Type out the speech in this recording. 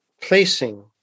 placing